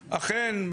אכן,